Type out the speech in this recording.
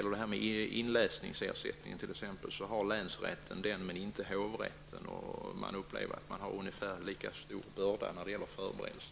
I länsrätten får man t.ex. inläsningsersättning, men inte i hovrätten, och man upplever att man har ungefär lika stor börda när det gäller förberedelser.